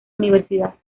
universidad